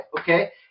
okay